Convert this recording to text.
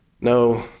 No